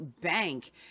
Bank